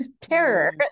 terror